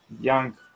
young